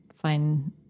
find